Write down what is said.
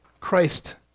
Christ